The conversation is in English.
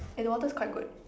eh the water's quite good